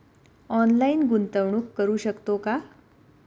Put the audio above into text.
Online गुंतवणूक करू शकतो का?